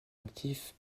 actif